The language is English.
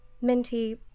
Minty